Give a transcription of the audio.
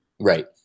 Right